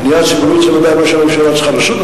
הבנייה הציבורית זה ודאי מה שהממשלה צריכה לעשות,